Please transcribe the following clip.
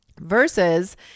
Versus